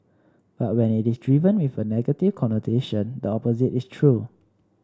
but when it is driven with a negative connotation the opposite is true